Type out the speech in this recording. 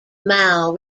mao